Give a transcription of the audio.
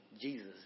Jesus